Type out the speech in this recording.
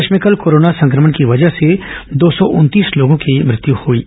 प्रदेश में कल कोरोना संक्रमण की वजह से दो सौ उनतीस लोगों की मृत्यु हुई है